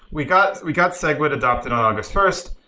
we got we got segwit adopted on august first,